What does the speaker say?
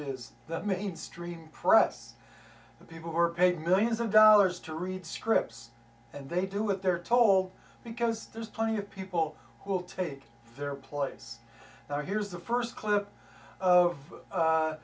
is the mainstream press and people who are paid millions of dollars to read scripts and they do what they're told because there's plenty of people who will take their place or here's the first clip of